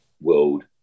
world